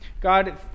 God